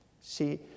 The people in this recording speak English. See